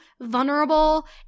vulnerable